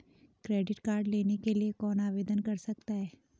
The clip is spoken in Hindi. क्रेडिट कार्ड लेने के लिए कौन आवेदन कर सकता है?